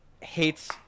hates